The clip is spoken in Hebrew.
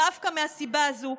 דווקא מהסיבה הזאת,